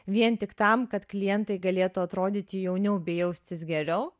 vien tik tam kad klientai galėtų atrodyti jauniau bei jaustis geriau